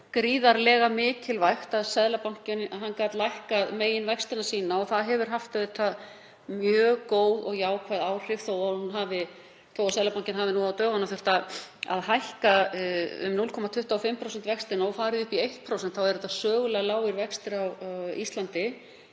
gríðarlega mikilvægt að Seðlabankinn gat lækkað meginvexti sína. Það hefur haft mjög góð og jákvæð áhrif. Þótt Seðlabankinn hafi nú á dögunum þurft að hækka vexti um 0,25 prósentustig og þeir farið upp í 1% þá eru þetta sögulega lágir vextir á Íslandi